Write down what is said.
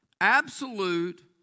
absolute